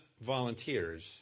volunteers